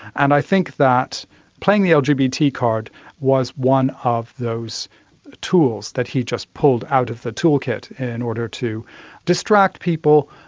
and i think that playing the lgb yeah to you card was one of those tools that he just pulled out of the toolkit in order to distract people,